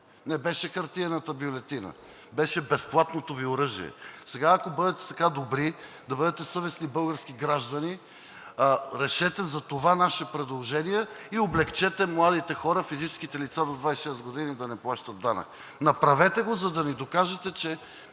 Не беше хартиената бюлетина, беше безплатното Ви оръжие. Сега, ако бъдете така добри, да бъдете съвестни български граждани, решете за това наше предложение и облекчете младите хора, физическите лица до 26 години да не плащат данък. Направете го, за да докажете, че